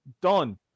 done